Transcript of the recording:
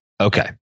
Okay